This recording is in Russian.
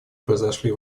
произошли